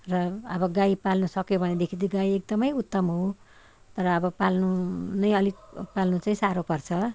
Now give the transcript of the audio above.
र अब गाई पाल्नु सक्यो भनेदेखि त गाई एकदमै उत्तम हो तर अब पाल्नुनै अलिक पाल्नु चाहिँ साह्रो पर्छ